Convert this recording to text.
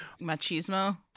Machismo